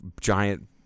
giant